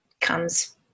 comes